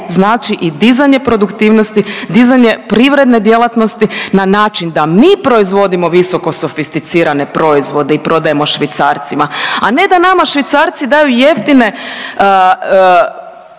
znači i dizanje produktivnosti, dizanje privredne djelatnosti na način da mi proizvodimo visoko sofisticirane proizvode i prodajemo Švicarcima, a ne da nama Švicarci daju jeftinu